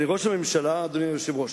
אדוני היושב-ראש,